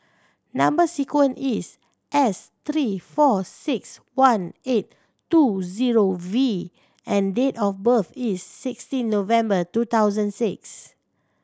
number sequence is S three four six one eight two zero V and date of birth is sixteen November two thousand six